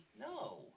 No